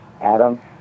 Adam